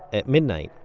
at midnight,